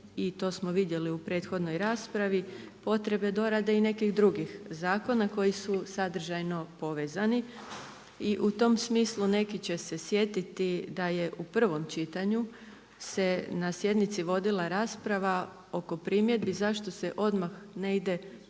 i to smo vidjeli u prethodnoj raspravi potrebe dorade i nekih drugih zakona koji su sadržajno povezani. I u tom smislu neki će se sjetiti da je u prvom čitanju se na sjednici vodila rasprava oko primjedbi zašto se odmah ne ide u